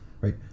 right